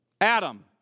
Adam